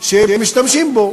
שמשתמשים בו.